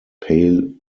pale